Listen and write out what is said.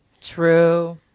True